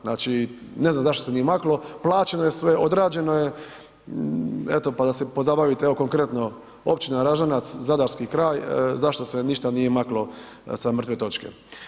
Znači, ne znam zašto se nije maklo, plaćeno je sve, odrađeno je eto pa da se pozabavite evo konkretno, općina Ražanac, zadarski kraj zašto se ništa nije maklo sa mrtve točke.